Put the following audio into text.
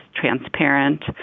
transparent